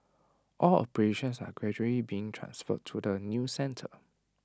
all operations are gradually being transferred to the new centre